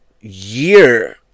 year